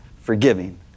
forgiving